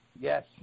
Yes